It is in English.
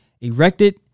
Erected